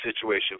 situation